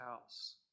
house